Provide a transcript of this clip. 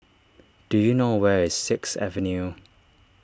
do you know where is six Avenue